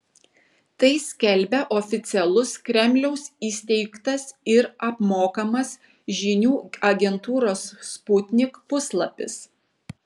tai skelbia oficialus kremliaus įsteigtas ir apmokamas žinių agentūros sputnik puslapis